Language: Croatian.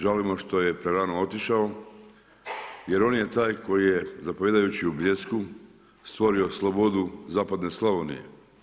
Žalimo što je prerano otišao jer on je taj koji je zapovijedajući u Bljesku stvorio slobodu zapadne Slavonije.